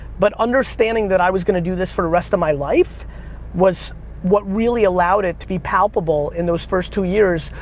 but understanding that i was gonna do this for the rest of my life was what really allowed it to be palpable in those first two years,